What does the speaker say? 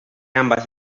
ambas